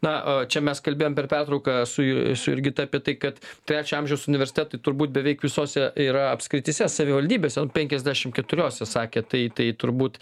na a čia mes kalbėjom per pertrauką su ju jurgita apie tai kad trečio amžiaus universitetai turbūt beveik visose yra apskrityse savivaldybėse penkiasdešim keturiose sakė tai tai turbūt